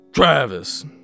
Travis